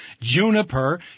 Juniper